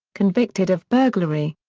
convicted of burglary.